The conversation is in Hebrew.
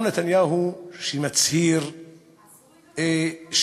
גם נתניהו, שמצהיר שהגיע,